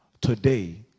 today